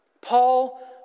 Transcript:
Paul